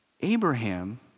Abraham